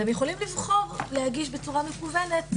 הם יכולים לבחור להגיש בצורה מקוונת.